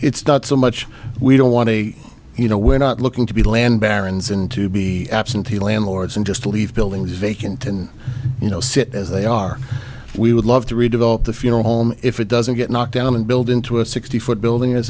it's not so much we don't want to say you know we're not looking to be land barons and to be absentee landlords and just leave buildings vacant and you know sit as they are we would love to redevelop the funeral home if it doesn't get knocked down and build into a sixty foot building as